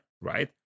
right